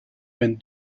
been